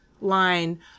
line